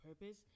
purpose